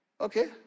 Okay